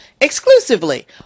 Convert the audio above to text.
exclusively